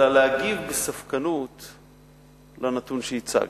אלא להגיב בספקנות לגבי הנתון שהצגת.